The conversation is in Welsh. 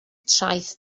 traeth